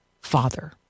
Father